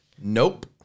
nope